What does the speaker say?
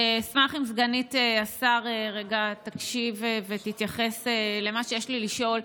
אשמח אם סגנית השר תקשיב רגע ותתייחס למה שיש לי לשאול.